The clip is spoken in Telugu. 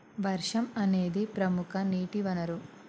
వర్షం అనేదిప్రముఖ నీటి వనరు